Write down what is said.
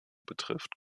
betrifft